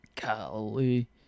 Golly